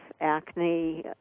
Acne